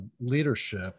leadership